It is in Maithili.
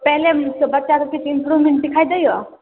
पहिलेमे सँ बच्चामे किछु इम्प्रूवमेन्ट देखाइ दैए